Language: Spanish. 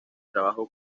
trabajó